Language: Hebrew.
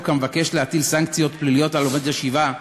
המבקש להטיל סנקציות פליליות על לומד בישיבה,